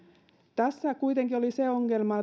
tässä kuitenkin oli se ongelma